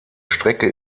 strecke